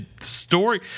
story